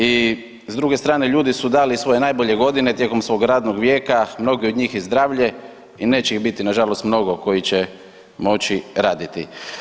I s druge strane, ljudi su dali svoje najbolje godine tijekom svog radnog vijeka, mnogi od njih i zdravlje i neće ih biti nažalost mnogo koji će moći raditi.